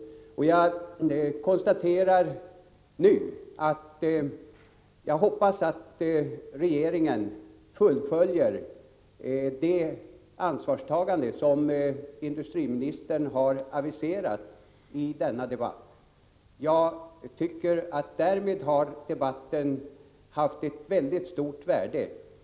Jag hoppas nu att regeringen fullföljer det ansvarstagande som industriministern har aviserat i denna debatt. Därmed har, tycker jag, debatten haft ett mycket stort värde.